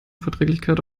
verträglichkeit